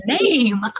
name